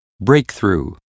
breakthrough